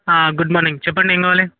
good morning చెప్పండి ఏమి కావాలి